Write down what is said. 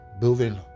building